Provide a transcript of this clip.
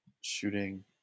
Shooting